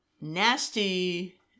nasty